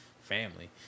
family